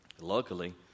luckily